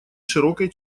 широкой